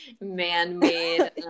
man-made